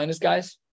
guys